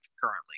currently